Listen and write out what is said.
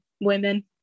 women